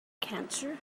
cancer